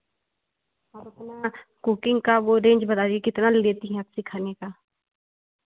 आप अपना कुकिंग का वह रेंज बता दीजिए कितना ले लेती हैं आप सिखाने का